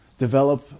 develop